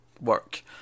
work